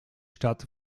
stadt